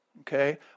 okay